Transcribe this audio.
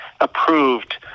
approved